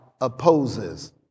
opposes